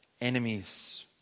enemies